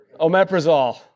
Omeprazole